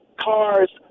cars